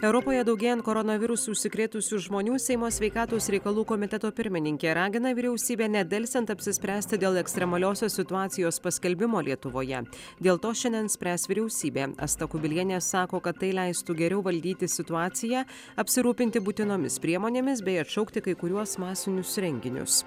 europoje daugėjant koronavirusu užsikrėtusių žmonių seimo sveikatos reikalų komiteto pirmininkė ragina vyriausybę nedelsiant apsispręsti dėl ekstremaliosios situacijos paskelbimo lietuvoje dėl to šiandien spręs vyriausybė asta kubilienė sako kad tai leistų geriau valdyti situaciją apsirūpinti būtinomis priemonėmis bei atšaukti kai kuriuos masinius renginius